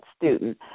student